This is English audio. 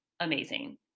amazing